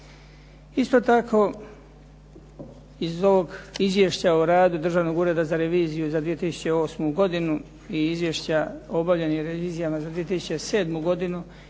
Isto tako, iz ovog Izvješća o radu Državnog ureda za reviziju za 2008. godinu i Izvješća o obavljenim revizijama za 2007. godinu